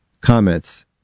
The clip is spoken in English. Comments